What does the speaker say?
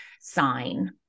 sign